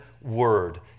word